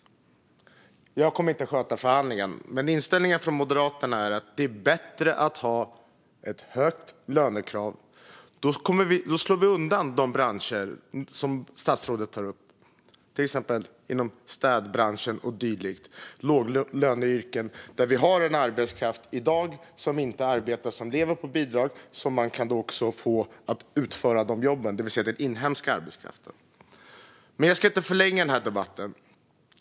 Jag kommer inte att sköta förhandlingen, men inställningen från Moderaterna är att det är bättre att ha ett högt lönekrav. Då slår vi undan de branscher som statsrådet tar upp, till exempel städbranschen och dylikt - låglöneyrken där vi i dag har en arbetskraft som inte arbetar utan lever på bidrag. Man kan då få den inhemska arbetskraften att utföra de jobben. Jag ska dock inte förlänga den här debatten.